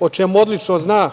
o čemu odlično zna